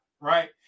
right